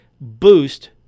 boost